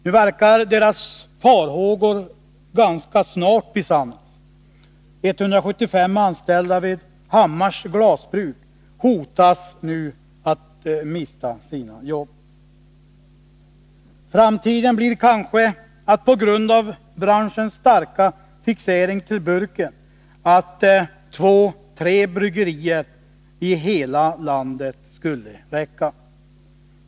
Nu verkar de farhågorna ganska snart besannas. 175 anställda vid Hammars glasbruk hotas nu av att mista sina jobb. Resultatet för framtiden blir kanske, på grund av branschens starka fixering till burken, att det räcker med två tre bryggerier i hela landet.